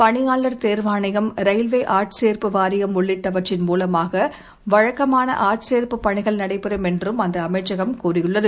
பணியாளர் தேர்வாணையம் ரயில்வே ஆட்சேர்ப்பு வாரியம் உள்ளிட்டவற்றின் மூலமாக வழக்கமாள ஆட்சேர்ப்புப் பணிகள் நடைபெறும் என்று அந்த அமைச்சகம் கூறியுள்ளது